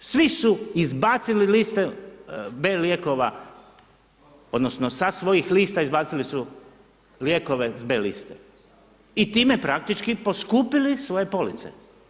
Svi su izbacili listu B lijekova odnosno sa svojih lista izbacili su lijekove B liste i time praktički poskupili svoje police.